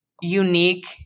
unique